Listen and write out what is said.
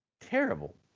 Terrible